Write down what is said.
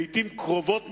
לעתים קרובות מאוד,